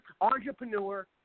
entrepreneur